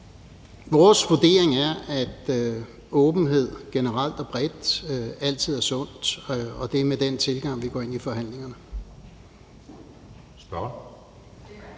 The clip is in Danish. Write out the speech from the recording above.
Vores vurdering er, at åbenhed generelt og bredt altid er sundt, og det er med den tilgang, vi går ind i forhandlingerne.